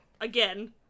again